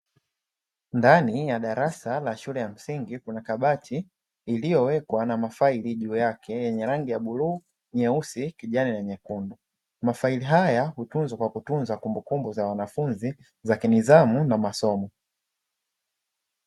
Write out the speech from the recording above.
Ndani ya darasa la shule ya msingi, kuna kabati iliyowekwa na mafaili juu yake yenye langi ya bluu, nyeusi, kijani na nyekundu. Mafaili haya hutunzwa kwa kutunza kumbukumbu za wanafunzi za kinidhamu na masomo.